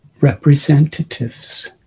representatives